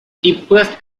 depressed